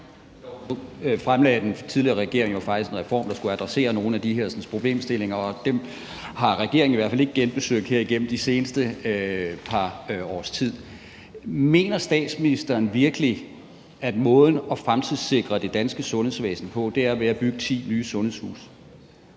fremlagde den tidligere regering jo faktisk en reform, der skulle adressere nogle af de her problemstillinger, og dem har regeringen i hvert fald ikke genbesøgt her igennem det seneste par års tid. Mener statsministeren virkelig, at måden at fremtidssikre det danske sundhedsvæsen på er at bygge ti nye sundhedshuse?